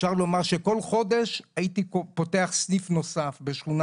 החולים ואפשר לומר שכל חודש הייתי פותח סניף נוסף בשכונה